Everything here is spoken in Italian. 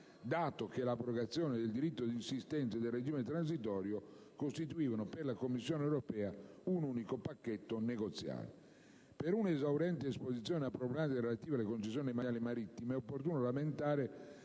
dato che abrogazione del diritto di insistenza e regime transitorio costituivano per la Commissione europea un unico pacchetto negoziale. Per una esauriente esposizione della problematica relativa alle concessioni demaniali marittime, è opportuno rammentare